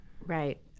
Right